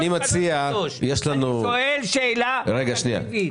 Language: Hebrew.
אני אקדים את השאלה הבאה שלכם,